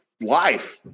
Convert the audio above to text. life